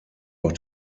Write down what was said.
auch